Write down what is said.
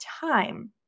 time